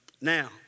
now